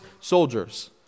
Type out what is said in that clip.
soldiers